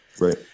Right